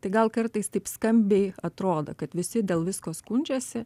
tai gal kartais taip skambiai atrodo kad visi dėl visko skundžiasi